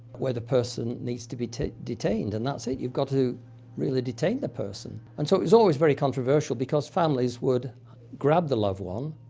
where the person needs to be detained. and that's it. you've got to really detain the person. and so it's always very controversial, because families would grab the loved one,